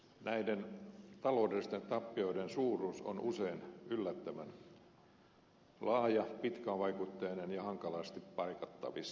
näiden taloudellisten tappioiden suuruus on usein yllättävän laaja pitkävaikutteinen ja hankalasti paikattavissa